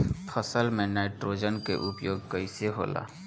फसल में नाइट्रोजन के उपयोग कइसे होला?